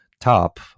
top